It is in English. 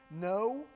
No